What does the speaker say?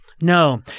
No